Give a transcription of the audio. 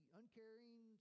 uncaring